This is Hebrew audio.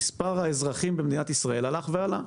מנגד, מספר האזרחים הלך ועלה.